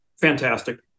Fantastic